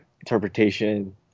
interpretation